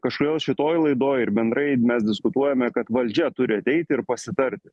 kažkodėl šitoj laidoj ir bendrai mes diskutuojame kad valdžia turi ateiti ir pasitarti